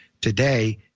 Today